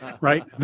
right